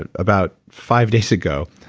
ah about five days ago,